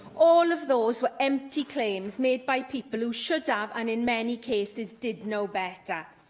all of those were empty claims made by people who should have, and in many cases did know better.